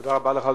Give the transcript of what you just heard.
תודה רבה לך,